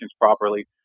properly